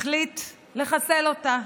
החליט לחסל אותה.